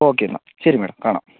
okay എന്നാൽ ശരി madam കാണാം